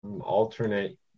Alternate